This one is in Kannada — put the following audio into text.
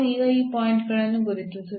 ನಾವು ಈಗ ಈ ಪಾಯಿಂಟ್ ಗಳನ್ನು ಗುರುತಿಸುತ್ತೇವೆ